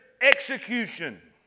execution